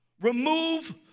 Remove